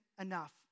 enough